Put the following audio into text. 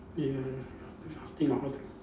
ya ya just think of how to go